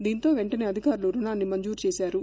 దీంతో వెంటనే అధికారులు రుణాన్ని మంజూరు చేశారు